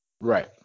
Right